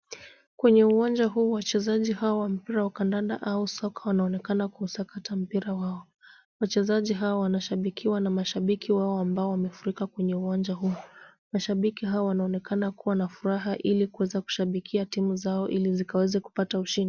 Kwenye uwanja huu wachezaji hawa wa mpira wa kandanda au soka wanaonekana kusakata mpira wao. Mashabiki hawa wanashabikiwa na mashabiki wao ambao wamefurika kwenye uwanja huo. Mashabiki hawa wanaonekana kuwa na furaha ili kuweza kushabikia timu zao ili zikaweze kupata ushindi.